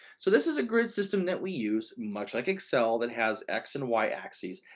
so this is a grid system that we use, much like excel that has x and y axes.